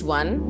one